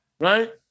right